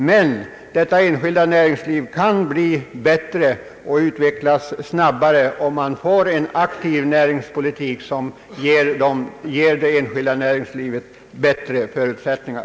Men det enskilda näringslivet kan bli än bättre och utvecklas snabbare om vi får en aktiv näringspolitik som ger det enskilda näringslivet bättre förutsättningar.